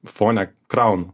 fone kraunu